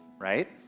right